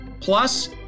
Plus